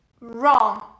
wrong